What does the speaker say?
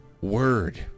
word